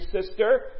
sister